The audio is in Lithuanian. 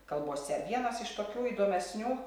kalbose vienas iš kokių įdomesnių